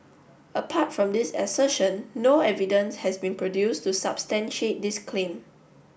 apart from this assertion no evidence has been produced to substantiate this claim